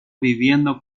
viviendo